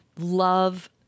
love